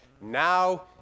Now